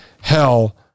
hell